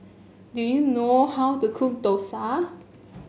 do you know how to cook Dosa